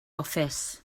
office